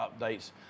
updates